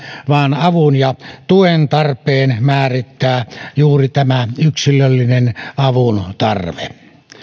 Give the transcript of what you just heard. vaan avun ja tuen tarpeen määrittää juuri tämä yksilöllinen avun tarve